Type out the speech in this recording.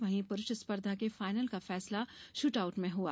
वहीं पुरूष स्पर्धा के फाइनल का फैसला शुटआउट में हुआ